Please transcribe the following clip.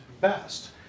best